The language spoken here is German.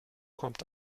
kommt